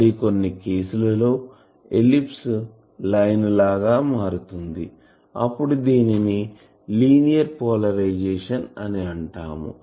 మరి కొన్ని కేసుల లో ఈ ఎలిప్స్ లైన్ లాగా మారుతుంది అప్పుడు దీనిని లీనియర్ పోలరైజేషన్ అని అంటాము